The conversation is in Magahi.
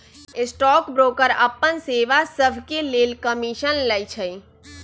स्टॉक ब्रोकर अप्पन सेवा सभके लेल कमीशन लइछइ